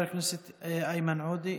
חבר הכנסת איימן עודה,